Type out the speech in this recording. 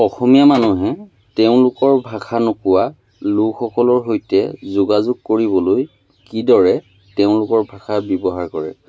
অসমীয়া মানুহে তেওঁলোকৰ ভাষা নোকোৱা লোকসকলৰ সৈতে যোগাযোগ কৰিবলৈ কিদৰে তেওঁলোকৰ ভাষা ব্যৱহাৰ কৰে